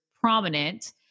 prominent